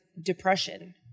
depression